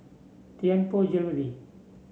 Tianpo Jewellery